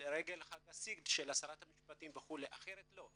לרגל חג הסיגד של שרת המשפטים וכולי, אחרת לא.